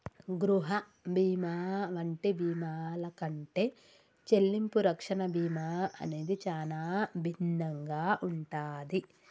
గృహ బీమా వంటి బీమాల కంటే చెల్లింపు రక్షణ బీమా అనేది చానా భిన్నంగా ఉంటాది